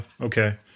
okay